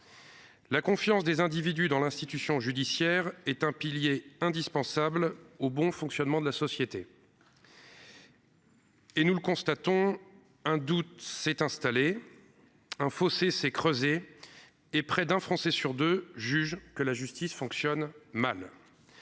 La confiance des individus dans l'institution judiciaire est un pilier indispensable au bon fonctionnement de la société. Or nous constatons qu'un doute s'est installé, qu'un fossé s'est creusé, puisque près d'un Français sur deux estime que la justice fonctionne mal.